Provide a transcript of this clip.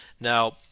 Now